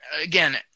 again